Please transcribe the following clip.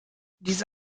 diese